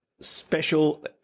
special